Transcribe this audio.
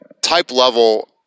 type-level